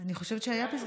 אני חושבת שהיה בזה,